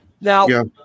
Now